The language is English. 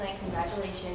Congratulations